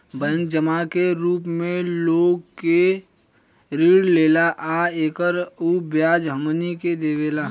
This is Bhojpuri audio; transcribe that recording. बैंक जमा के रूप मे लोग से ऋण लेला आ एकर उ ब्याज हमनी के देवेला